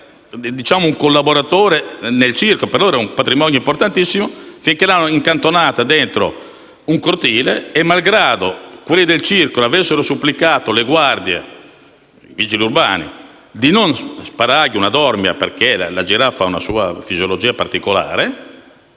e un loro collaboratore. Per loro rappresentava un patrimonio importantissimo. Alla fine l'hanno incastrata in un cortile e, malgrado quelli del circo avessero supplicato le guardie e i vigili urbani di non sparare una dormia perché la giraffa ha una fisiologia particolare,